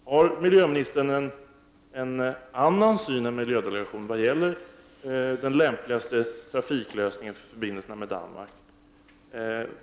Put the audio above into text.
Har miljöministern en annan syn än miljödelegationen vad gäller den lämpligaste trafiklösningen för förbindelserna med Danmark?